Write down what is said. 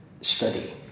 study